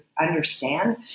understand